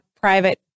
private